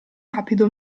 rapido